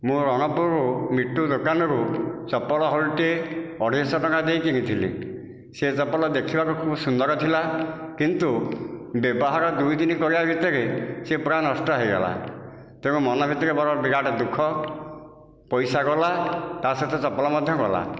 ମୁଁ ରଣପୁରରୁ ମିଟୁ ଦୋକାନରୁ ଚପଲ ହଳଟିଏ ଅଢ଼େଇଶହ ଟଙ୍କା ଦେଇ କିଣିଥିଲି ସେ ଚପଲ ଦେଖିବାକୁ ଖୁବ ସୁନ୍ଦର ଥିଲା କିନ୍ତୁ ବ୍ୟବହାର ଦୁଇ ଦିନ କରିବା ଭିତରେ ସେ ପୁରା ନଷ୍ଟ ହୋଇଗଲା ତେଣୁ ମନ ଭିତରେ ବଡ଼ ବିରାଟ ଦୁଃଖ ପଇସା ଗଲା ତାସହିତ ଚପଲ ମଧ୍ୟ ଗଲା